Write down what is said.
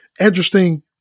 interesting